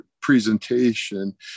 presentation